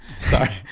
Sorry